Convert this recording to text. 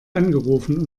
angerufen